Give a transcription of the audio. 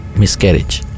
miscarriage